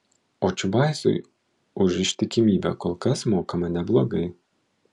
o čiubaisui už ištikimybę kol kas mokama neblogai